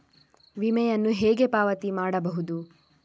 ವಿಮೆಯನ್ನು ಹೇಗೆ ಪಾವತಿ ಮಾಡಬಹುದು?